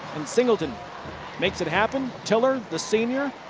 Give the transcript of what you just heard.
singleton makes it happen. tiller, the senior.